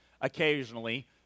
occasionally